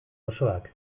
osoak